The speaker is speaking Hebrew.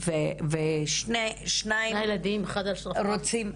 ושניים רוצים,